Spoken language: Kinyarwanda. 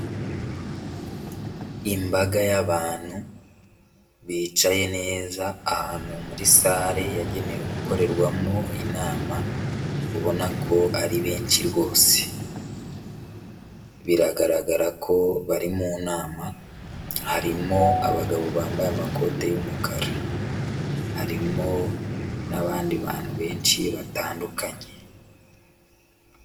Imbaga y'abantu bicaye neza ahantu muri sale yagenewe gukorerwamo inama, ubona ko ari benshi rwose, biragaragara ko bari mu nama, harimo abagabo bambaye amakoti y'umukara, harimo n'abandi bantu benshi batandukanye.